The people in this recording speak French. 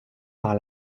par